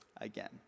again